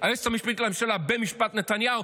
היועצת המשפטית לממשלה במשפט נתניהו,